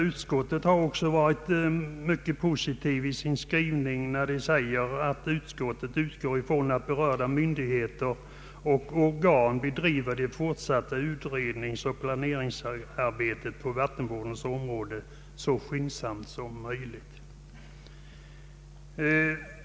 Utskottet utgår från att berörda myndigheter och organ bedriver det fortsatta utredningsoch planeringsarbetet på vattenvårdens område så skyndsamt som möjligt.